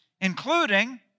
including